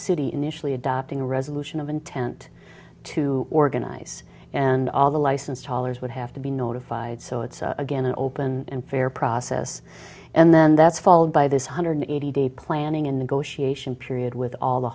city initially adopting a resolution of intent to organize and all the licensed talers would have to be notified so it's again an open and fair process and then that's followed by this one hundred eighty day planning a negotiation period with all the